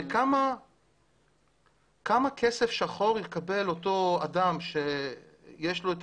זה כמה כסף שחור יקבל אותו אדם שיש לו את